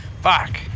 Fuck